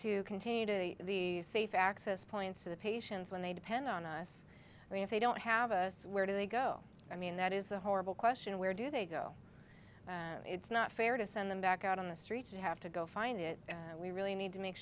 to contain the safe access points to the patients when they depend on us i mean if they don't have a where do they go i mean that is a horrible question where do they go and it's not fair to send them back out on the streets and have to go find it we really need to make